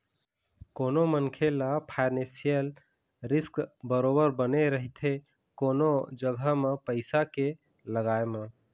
कोनो मनखे ल फानेसियल रिस्क बरोबर बने रहिथे कोनो जघा म पइसा के लगाय म